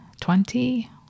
Twenty